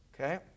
Okay